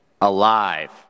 alive